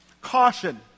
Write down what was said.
Caution